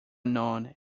known